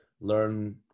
learn